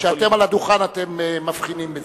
כשאתם על הדוכן, אתם מבחינים בזה.